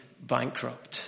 bankrupt